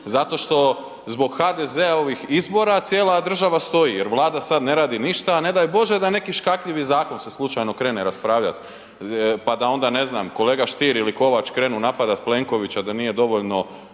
zato što zbog HDZ-ovih izbora cijela država stoji, jer Vlada sada ne radi ništa, a ne daj Bože da je neki škakljivi zakon se slučajno krene raspravljati pa da onda ne znam kolega Stier ili Kovač krenu napadat Plenkovića da nije dovoljno,